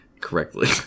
correctly